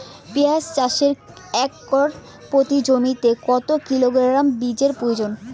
পেঁয়াজ চাষে একর প্রতি জমিতে কত কিলোগ্রাম বীজের প্রয়োজন?